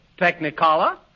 Technicolor